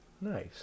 Nice